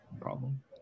problem